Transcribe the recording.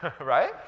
right